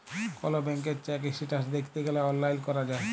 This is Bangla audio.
কল ব্যাংকের চ্যাক ইস্ট্যাটাস দ্যাইখতে গ্যালে অললাইল ক্যরা যায়